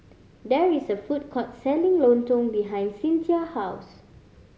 there is a food court selling lontong behind Cyntha house